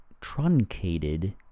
truncated